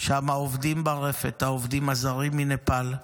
שם עובדים ברפת העובדים הזרים מנפאל.